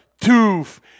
toof